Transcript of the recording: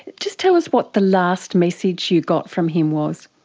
just tell us what the last message you got from him was.